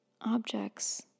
objects